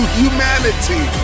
humanity